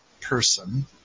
person